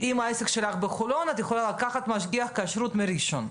העסק שלך בחולון את יכולה לקחת משגיח כשרות מראשון.